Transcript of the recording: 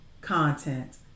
content